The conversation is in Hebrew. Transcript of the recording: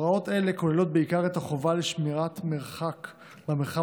הוראות אלה כוללות בעיקר את החובה לשמירת מרחק במרחב